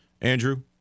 Andrew